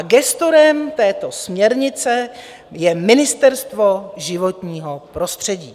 Gestorem této směrnice je Ministerstvo životního prostředí.